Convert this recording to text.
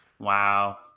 Wow